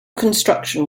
construction